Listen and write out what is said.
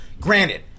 granted